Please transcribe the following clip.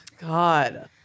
God